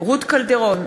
רות קלדרון,